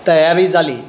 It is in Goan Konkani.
तयारी जाली